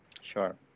Sure